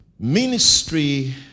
Ministry